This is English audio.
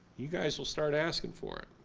you guys will start asking for it.